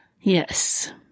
Yes